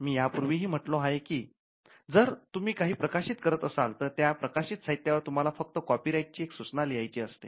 मी यापूर्वीही म्हटलो आहे जर तुम्ही काही प्रकाशित करत असाल तर त्या प्रकाशित साहित्यावर तुम्हाला फक्त कॉपीराइट ची एक सूचना लिहायची असते